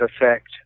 effect